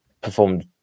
performed